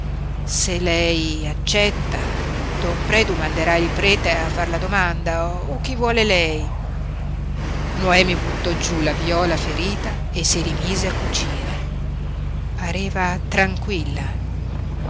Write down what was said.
se lei accetta don predu manderà il prete a far la domanda o chi vuol lei noemi buttò giú la viola ferita e si rimise a cucire pareva tranquilla